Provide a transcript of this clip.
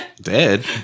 dead